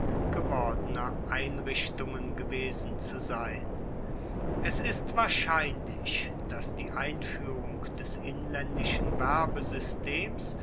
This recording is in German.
gewordener einrichtungen gewesen zu sein es ist wahrscheinlich daß die einführung des